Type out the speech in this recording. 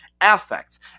affects